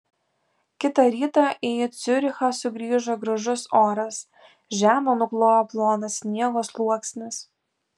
kitą rytą į ciurichą sugrįžo gražus oras žemę nuklojo plonas sniego sluoksnis